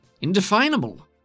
indefinable